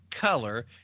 color